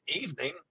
evening